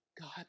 God